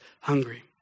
hungry